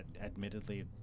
admittedly